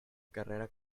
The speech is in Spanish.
carrera